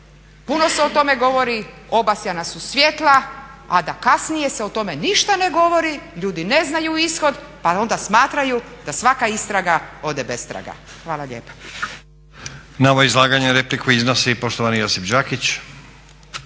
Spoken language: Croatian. puno se o tome govori, obasjana su svjetla a da kasnije se o tome ništa ne govori, ljudi ne znaju ishod pa onda smatraju da svaka istraga ode bestraga. Hvala lijepa.